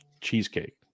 Cheesecake